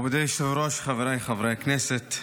מכובדי היושב-ראש, חבריי חברי הכנסת,